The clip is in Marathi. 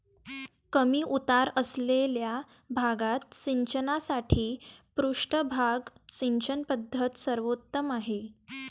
कमी उतार असलेल्या भागात सिंचनासाठी पृष्ठभाग सिंचन पद्धत सर्वोत्तम आहे